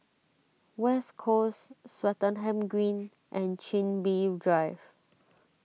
West Coast Swettenham Green and Chin Bee Drive